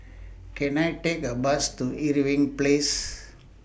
Can I Take A Bus to Irving Place